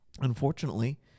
unfortunately